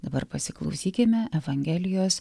dabar pasiklausykime evangelijos